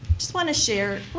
just want to share,